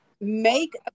make